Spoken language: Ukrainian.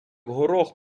горох